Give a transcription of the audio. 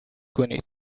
کنین